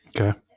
Okay